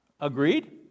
Agreed